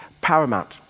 paramount